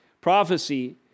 prophecy